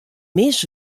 mis